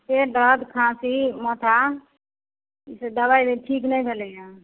पेट दर्द खाँसी माथा दवाइ से ठीक नहि भेलैया